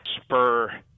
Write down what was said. spur